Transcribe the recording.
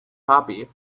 copy